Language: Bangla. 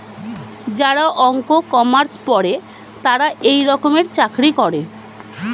যারা অঙ্ক, কমার্স পরে তারা এই রকমের চাকরি করে